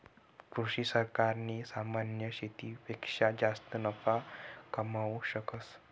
कृषि सहकारी सामान्य शेतीपेक्षा जास्त नफा कमावू शकस